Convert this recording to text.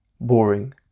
boring